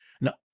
Now